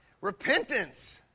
repentance